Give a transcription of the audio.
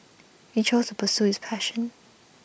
he chose pursue his passion